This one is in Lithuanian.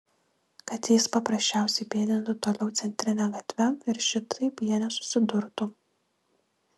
kad jis paprasčiausiai pėdintų toliau centrine gatve ir šitaip jie nesusidurtų